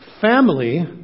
family